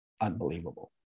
unbelievable